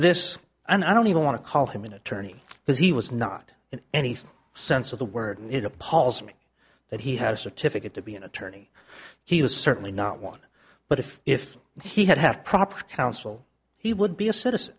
this and i don't even want to call him an attorney because he was not in any sense of the word and it appalls me that he had a certificate to be an attorney he was certainly not one but if if he had had proper counsel he would be a citizen